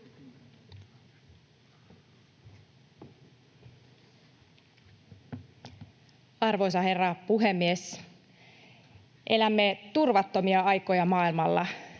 Arvoisa herra puhemies! Elämme turvattomia aikoja maailmalla.